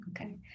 Okay